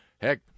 heck